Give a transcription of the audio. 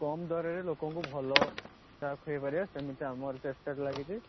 କମ୍ ଦରରେ ଲୋକଙ୍କୁ ଭଲ ଚାହା ଖୁଆଇପାରିବା ସେମିତି ଆମର ଚେଷ୍ଟାରେ ଲାଗିଛି